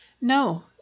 No